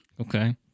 Okay